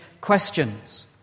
questions